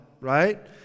right